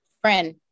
friend